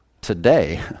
today